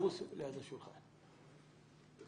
מכון לאומי לספורט,